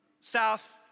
south